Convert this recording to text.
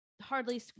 hardly